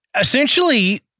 essentially